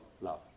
love